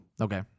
Okay